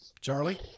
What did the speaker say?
charlie